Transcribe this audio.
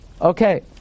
Okay